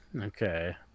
Okay